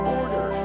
order